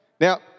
Now